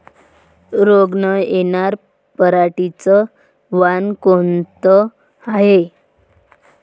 रोग न येनार पराटीचं वान कोनतं हाये?